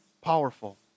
powerful